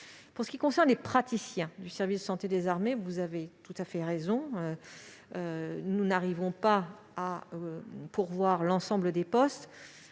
à 2025. Concernant les praticiens du service de santé des armées, vous avez raison, nous n'arrivons pas à pourvoir l'ensemble des postes.